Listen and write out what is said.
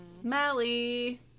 smelly